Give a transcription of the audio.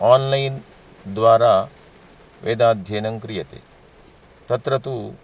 online द्वारा वेदाध्ययनं क्रियते तत्र तु